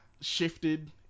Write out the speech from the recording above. shifted